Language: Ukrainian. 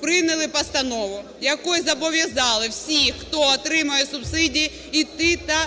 прийняли постанову, якою зобов'язали всіх, хто отримує субсидії, йти та